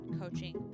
coaching